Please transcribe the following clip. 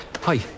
Hi